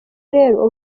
rero